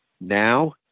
Now